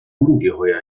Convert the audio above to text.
ungeheuer